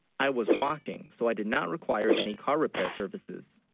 i was walking so i did not require any car repair services